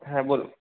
হ্যাঁ বলুন